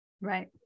right